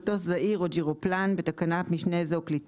מטוס זעיר או ג'ירופלן (בתקנת משנה זו - כלי